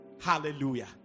Hallelujah